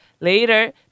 Later